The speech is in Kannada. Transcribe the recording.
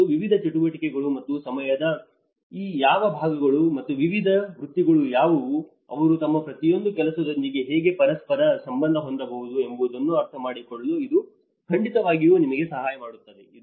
ಮತ್ತು ವಿವಿಧ ಚಟುವಟಿಕೆಗಳು ಮತ್ತು ಸಮಯದ ಯಾವ ವಿಭಾಗಗಳು ಮತ್ತು ವಿವಿಧ ವೃತ್ತಿಗಳು ಯಾವುವು ಅವರು ತಮ್ಮ ಪ್ರತಿಯೊಂದು ಕೆಲಸದೊಂದಿಗೆ ಹೇಗೆ ಪರಸ್ಪರ ಸಂಬಂಧ ಹೊಂದಬಹುದು ಎಂಬುದನ್ನು ಅರ್ಥಮಾಡಿಕೊಳ್ಳಲು ಇದು ಖಂಡಿತವಾಗಿಯೂ ನಮಗೆ ಸಹಾಯ ಮಾಡುತ್ತದೆ